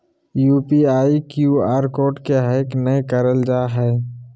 UPI, Q R code के hack नयय करल जा हइ